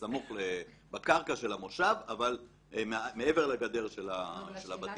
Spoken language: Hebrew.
בקרקע של המושב אבל מעבר לגדר של הבתים.